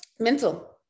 Mental